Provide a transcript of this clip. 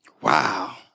wow